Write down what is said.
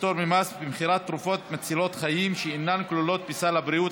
פטור ממס במכירת תרופות מצילות חיים שאינן כלולות בסל הבריאות),